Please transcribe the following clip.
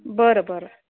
बरं बरं